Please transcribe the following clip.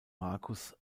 marcus